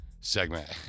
segment